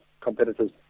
competitors